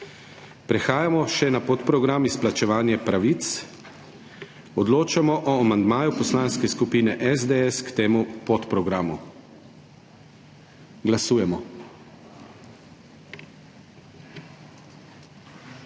Prehajamo še na podprogram izplačevanje pravic. Odločamo o amandmaju Poslanske skupine SDS k temu podprogramu. Glasujemo.